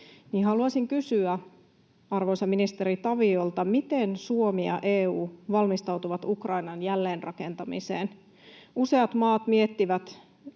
haluaisin kysyä arvoisalta ministeri Taviolta, miten Suomi ja EU valmistautuvat Ukrainan jälleenrakentamiseen. Useat maat miettivät